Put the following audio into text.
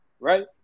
Right